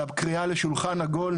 על הקריאה לשולחן עגול.